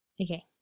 Okay